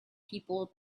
people